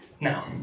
now